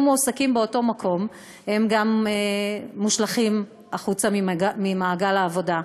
מועסקים באותו מקום מושלכים החוצה ממעגל העבודה,